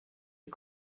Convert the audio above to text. est